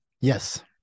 Yes